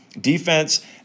Defense